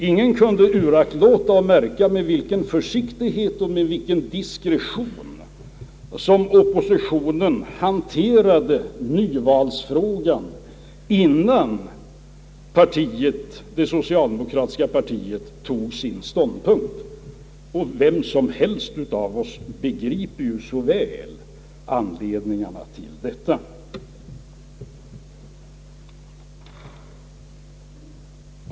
Ingen har väl kunnat uraktlåta att märka med vilken försiktighet och diskretion som oppositionen hanterade nyvalsfrågan innan det socialdemokratiska partiet tog sin ställning, och vem som helst av oss begriper så väl anledningarna till detta.